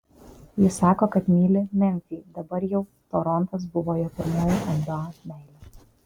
jis sako kad myli ir memfį dabar jau o torontas buvo jo pirmoji nba meilė